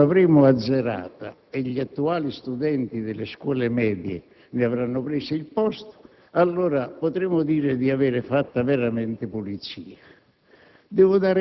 Quando l'avremo azzerata e gli attuali studenti delle scuole medie ne avranno preso il posto, allora potremo dire di aver fatto veramente pulizia».